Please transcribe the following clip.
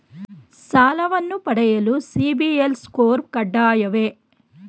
ಸಾಲವನ್ನು ಪಡೆಯಲು ಸಿಬಿಲ್ ಸ್ಕೋರ್ ಕಡ್ಡಾಯವೇ?